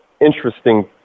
interesting